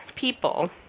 people